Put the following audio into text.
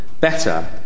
better